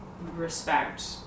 respect